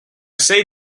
say